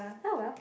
oh well